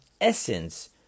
essence